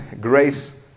grace